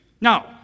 Now